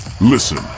Listen